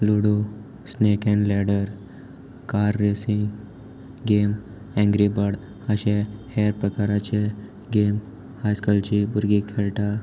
ludo snake and ladder car racing game angry bird अशे हेर प्रकाराचे गेम आयज कालची भुरगीं खेळटा